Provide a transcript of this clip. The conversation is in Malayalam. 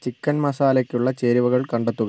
ചിക്കൻ മസാലയ്ക്കുള്ള ചേരുവകൾ കണ്ടെത്തുക